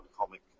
comic